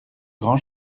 grand